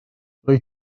rwyt